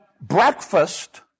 breakfast